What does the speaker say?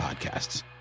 podcasts